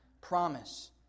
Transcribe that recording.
promise